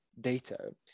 data